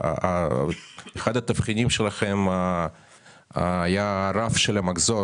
שאחד התבחינים שלכם היה הרף של המחזור.